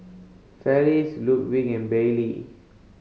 Felice Ludwig and Bailee